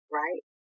right